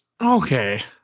Okay